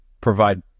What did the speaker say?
provide